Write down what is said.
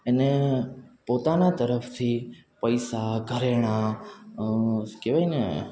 એને પોતાના તરફથી પૈસા ઘરેણા કહેવાયને